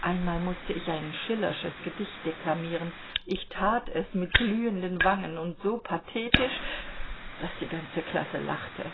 einmal mußte ich ein schiller'sches gedicht deklamieren ich tat es mit glühenden wangen und so pathetisch daß die ganze klasse lachte